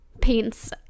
paints